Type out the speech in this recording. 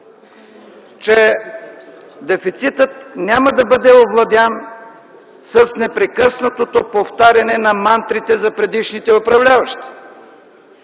че дефицитът няма да бъде овладян с непрекъснатото повтаряне на мантрите за предишните управляващи.